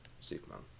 ...Superman